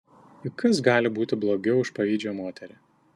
juk kas gali būti blogiau už pavydžią moterį